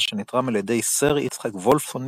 שנתרם על ידי סר יצחק וולפסון מקנדה,